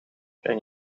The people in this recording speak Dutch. kan